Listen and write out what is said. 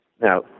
Now